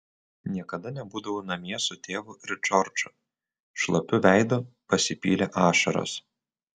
niekada nebūdavau namie su tėvu ir džordžu šlapiu veidu pasipylė ašaros